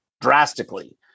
drastically